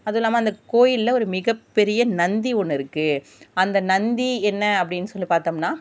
அதுவும் இல்லாம அந்த கோயிலில் ஒரு மிகப்பெரிய நந்தி ஒன்று இருக்கு அந்த நந்தி என்ன அப்படின் சொல்லி பார்த்தோம்னா